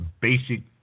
basic